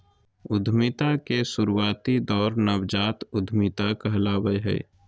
उद्यमिता के शुरुआती दौर नवजात उधमिता कहलावय हय